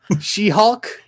She-Hulk